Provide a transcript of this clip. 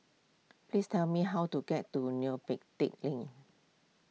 please tell me how to get to Neo Pee Teck Lane